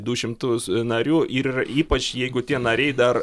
du šimtus narių ir yra ypač jeigu tie nariai dar